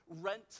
rent